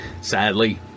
Sadly